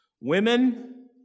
women